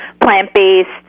plant-based